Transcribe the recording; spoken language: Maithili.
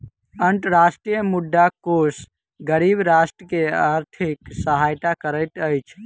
अंतर्राष्ट्रीय मुद्रा कोष गरीब राष्ट्र के आर्थिक सहायता करैत अछि